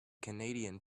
canadian